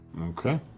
Okay